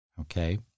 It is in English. okay